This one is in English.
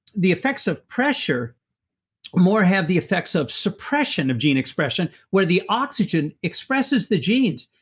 the effects of pressure more have the effects of suppression of gene expression where the oxygen expresses the genes.